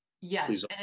Yes